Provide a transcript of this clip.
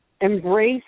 Embrace